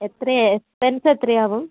എത്രയാണ് എക്സ്പെൻസ് എത്രയാവും